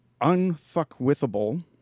Unfuckwithable